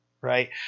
right